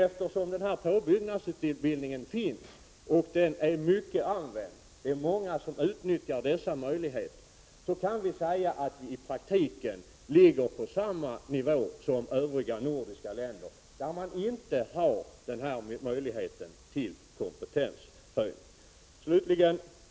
Eftersom den här påbyggnadsutbildningen finns, och den är utnyttjad av många, kan vi säga att vi i praktiken ligger på samma nivå som övriga nordiska länder som inte har samma möjlighet till kompetenshöjning.